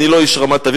אני לא איש רמת-אביב,